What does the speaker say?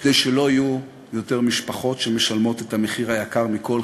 וכדי שלא יהיו יותר משפחות שמשלמות את המחיר היקר מכול,